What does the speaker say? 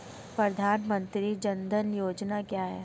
प्रधानमंत्री जन धन योजना क्या है?